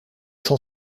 cent